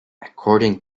according